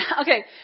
Okay